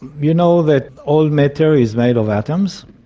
you know that all matter is made of atoms.